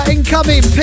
Incoming